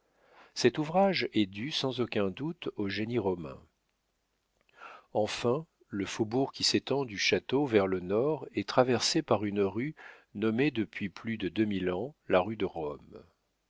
cet ouvrage est dû sans aucun doute au génie romain enfin le faubourg qui s'étend du château vers le nord est traversé par une rue nommée depuis plus de deux mille ans la rue de rome